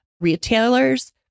retailers